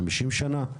50 שנה?